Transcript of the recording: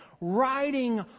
riding